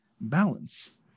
balance